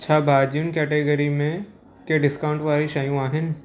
छा भाजि॒युनि कैटेगरी में कंहिं डिस्काउंट वारियूं शयूं आहिनि